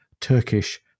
Turkish